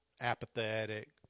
apathetic